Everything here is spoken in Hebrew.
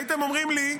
הייתם אומרים לי,